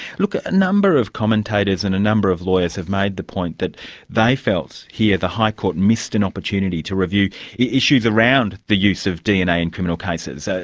look, a number of commentators and a number of lawyers have made the point that they felt here the high court missed an opportunity to review issues around the use of dna in criminal cases. ah